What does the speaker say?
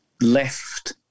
left